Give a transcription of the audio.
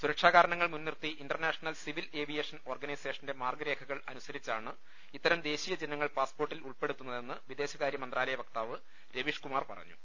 സുര ക്ഷാ കാരണങ്ങൾ മുൻനിർത്തി ഇന്റർനാഷണൽ സിവിൽ ഏവിയേഷൻ ഓർഗനൈസേഷന്റെ മാർഗരേഖകൾ അനു സരിച്ചാണ് ഇത്തരം ദേശീയ ചിഹ്നങ്ങൾ പാസ്പോർട്ടിൽ ഉൾപ്പെ ടുത്തുന്നതെന്ന് വിദേശകാര്യ മന്ത്രാലയ വക്താവ് രവീഷ്കുമാർ പറഞ്ഞു